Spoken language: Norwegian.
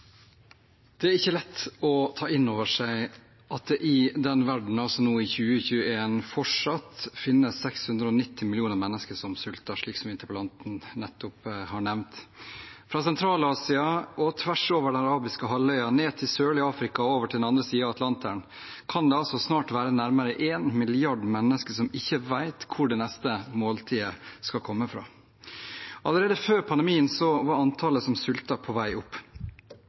Det er ikke lett å ta inn over seg at det i denne verden, altså nå i 2021, fortsatt finnes 690 millioner mennesker som sulter, slik interpellanten nettopp har nevnt. Fra Sentral-Asia og tvers over den arabiske halvøya, ned til det sørlige Afrika og over til den andre siden av Atlanteren kan det snart være nærmere én milliard mennesker som ikke vet hvor det neste måltidet skal komme fra. Allerede før pandemien var antallet som sulter, på vei opp,